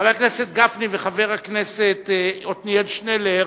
חבר הכנסת גפני וחבר הכנסת עתניאל שנלר,